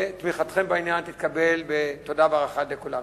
תמיכתכם בעניין תתקבל בתודה ובהערכה של כולנו.